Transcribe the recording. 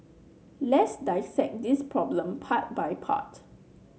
let's dissect this problem part by part